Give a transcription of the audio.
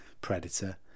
Predator